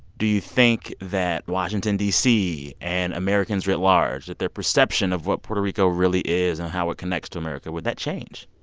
do you think that washington, d c, and americans writ large that their perception of what puerto rico really is and how it connects to america would that change?